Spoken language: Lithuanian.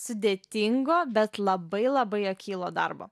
sudėtingo bet labai labai akylo darbo